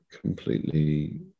completely